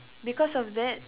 because of that